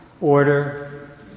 order